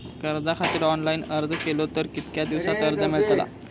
कर्जा खातीत ऑनलाईन अर्ज केलो तर कितक्या दिवसात कर्ज मेलतला?